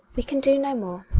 we can do no more.